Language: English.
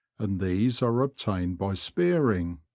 and these are ob tained by spearing.